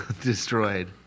destroyed